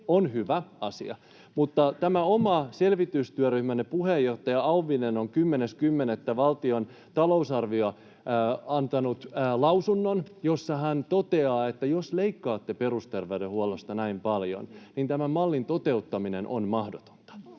on hyvä asia. Mutta tämän oman selvitystyöryhmänne puheenjohtaja Auvinen on 10.10. valtion talousarviosta antanut lausunnon, jossa hän toteaa, että jos leikkaatte perusterveydenhuollosta näin paljon, niin tämän mallin toteuttaminen on mahdotonta.